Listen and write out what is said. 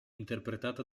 interpretata